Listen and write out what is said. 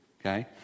Okay